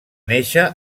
néixer